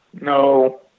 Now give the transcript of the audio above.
No